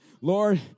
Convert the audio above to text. Lord